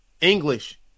English